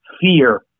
fear